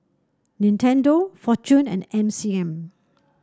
Nintendo Fortune and M C M